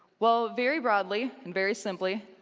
well, very broadly and very simply,